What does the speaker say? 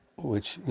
which,